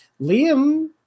Liam